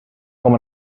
com